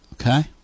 okay